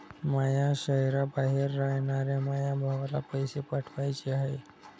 माया शैहराबाहेर रायनाऱ्या माया भावाला पैसे पाठवाचे हाय